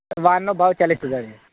વારનો ભાવ ચાળીસ હજાર છે